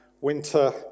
winter